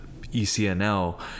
ECNL